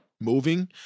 Moving